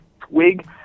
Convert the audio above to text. twig